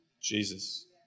Jesus